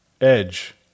edge